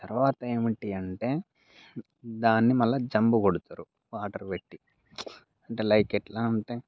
తరవాత ఏమిటి అంటే దాన్ని మళ్ళీ జంబు కొడతారు వాటరు పెట్టి అంటే లైక్ ఎట్లా అంటే